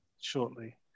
shortly